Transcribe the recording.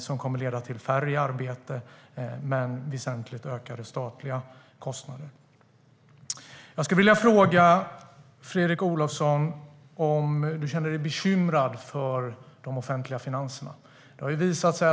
Detta kommer att leda till färre i arbete och kraftigt ökade statliga kostnader. Jag skulle vilja fråga Fredrik Olovsson om han känner sig bekymrad för de offentliga finanserna.